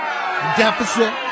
deficit